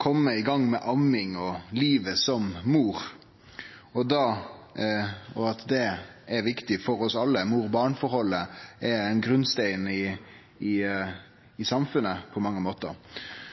kome i gang med amming og livet som mor, og at det er viktig for oss alle. Mor–barn-forholdet er ein grunnstein i samfunnet, på mange måtar,